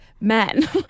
men